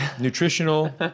nutritional